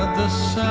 this.